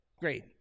Great